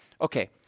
Okay